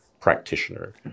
practitioner